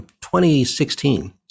2016